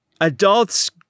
Adults